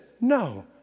no